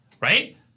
right